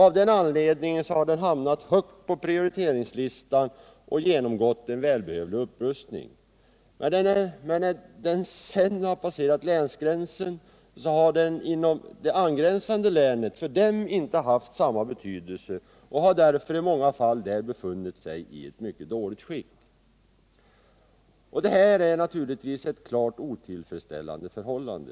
Av den anledningen har den hamnat högt på prioriteringslistan och genomgått en välbehövlig upprustning. Men i det angränsande länet har den kanske inte haft samma betydelse och har därför där befunnit sig i mycket dåligt skick. Detta är naturligtvis ett klart otillfredsställande förhållande.